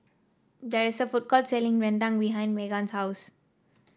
there is a food court selling rendang behind Meggan's house